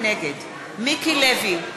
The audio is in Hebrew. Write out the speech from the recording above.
נגד מיקי לוי,